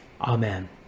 Amen